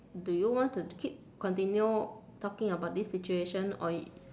do you want to keep continue talking about this situation or